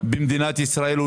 במדינת ישראל,